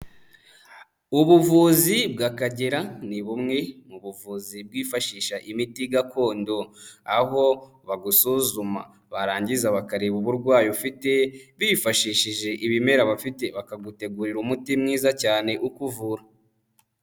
Ubuvuzi bw'Akagera, ni bumwe mu buvuzi bwifashisha imiti gakondo, aho bagusuzuma barangiza bakareba uburwayi ufite, bifashishije ibimera bafite, bakagutegurira umuti mwiza cyane ukuvura.